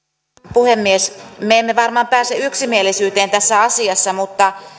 puhemies me emme varmaan pääse yksimielisyyteen tässä asiassa mutta